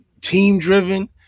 team-driven